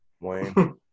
Wayne